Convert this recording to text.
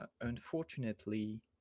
Unfortunately